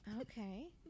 okay